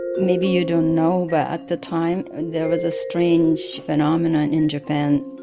maybe you don't know, but at the time and there was a strange phenomenon in japan.